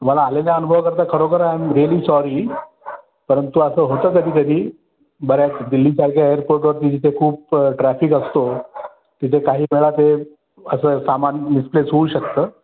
तुम्हाला आलेल्या अनुभवाकरता खरोखर आयम रिअली सॉरी परंतु असं होतं कधीकधी बऱ्याच दिल्लीसारख्या एअरपोर्टवरती जिथे खूप ट्रॅफिक असतो तिथे काही वेळा ते असं सामान मिस्प्लेस होऊ शकतं